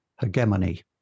hegemony